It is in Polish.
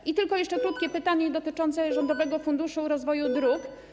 I tylko jeszcze krótkie pytanie dotyczące Rządowego Funduszu Rozwoju Dróg.